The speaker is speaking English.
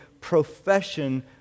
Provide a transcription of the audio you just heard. profession